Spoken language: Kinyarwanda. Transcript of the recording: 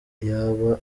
yaba